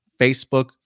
Facebook